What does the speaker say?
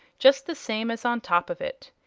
just the same as on top of it.